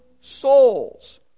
souls